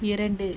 இரண்டு